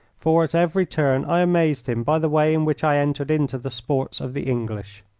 for at every turn i amazed him by the way in which i entered into the sports of the english.